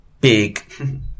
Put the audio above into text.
Big